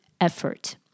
effort